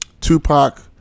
Tupac